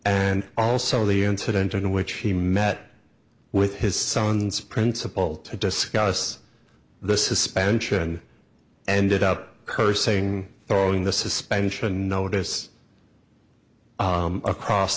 and also the incident in which he met with his son's principal to discuss the suspension ended up saying throwing the suspension notice across